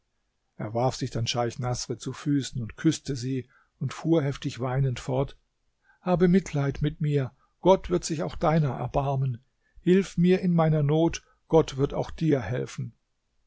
er warf sich dann scheich naßr zu füßen und küßte sie und fuhr heftig weinend fort habe mitleid mit mir gott wird sich auch deiner erbarmen hilf mir in meiner not gott wird auch dir helfen